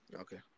Okay